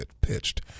pitched